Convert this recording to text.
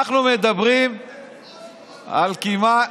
אנחנו מדברים על כמעט